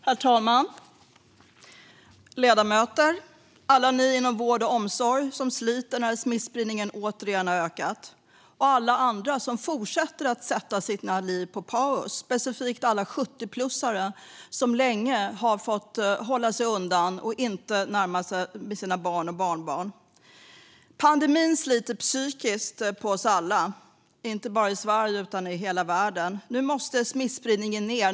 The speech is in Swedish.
Herr talman och ledamöter! Jag vänder mig till alla er inom vård och omsorg som sliter när smittspridningen återigen har ökat och till alla andra som fortsätter att sätta sina liv på paus, särskilt alla 70-plussare som länge har fått hålla sig undan och som inte har fått närma sig sina barn och barnbarn. Pandemin sliter psykiskt på oss alla, inte bara i Sverige utan i hela världen. Nu måste smittspridningen ned.